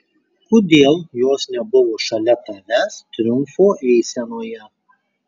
kodėl jos nebuvo šalia tavęs triumfo eisenoje